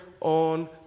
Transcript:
on